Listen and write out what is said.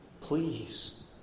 Please